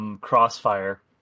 Crossfire